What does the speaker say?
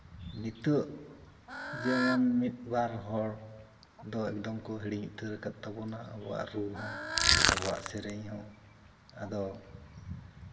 ᱱᱤᱛᱚᱜ ᱡᱮᱢᱚᱱ ᱢᱤᱫ ᱵᱟᱨ ᱦᱚᱲ ᱫᱚ ᱮᱠᱫᱚᱢ ᱠᱚ ᱦᱤᱲᱤᱧ ᱩᱛᱟᱹᱨ ᱟᱠᱟᱜ ᱛᱟᱵᱚᱱᱟ ᱟᱵᱚᱣᱟᱜ ᱨᱩ ᱦᱚᱸ ᱟᱵᱚᱣᱟᱜ ᱥᱮᱨᱮᱧ ᱦᱚᱸ ᱟᱫᱚ